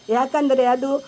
ಯಾಕೆಂದರೆ ಅದು